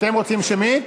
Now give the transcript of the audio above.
אתם רוצים שמית?